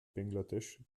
bengalisch